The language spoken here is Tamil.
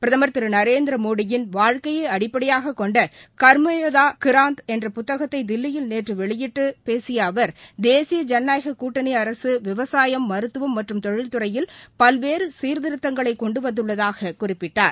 பிரதமர் திரு நரேந்திரமோடியின் வாழ்க்கையை அடிப்படையாக கொண்ட கர்மயோதா கிராந்த் என்ற புத்தகத்தை தில்லியில் நேற்று வெளியிட்டு பேசிய அவர் தேசிய ஜனநாயக கூட்டணி அரசு விவசாயம் மருத்துவம் மற்றும் தொழில்துறையில் பல்வேறு சீர்திருத்தங்களை கொண்டு வந்துள்ளதாக குறிப்பிட்டார்